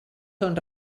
són